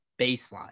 baseline